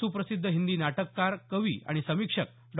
सुप्रसिद्ध हिंदी नाटककार कवी आणि समीक्षक डॉ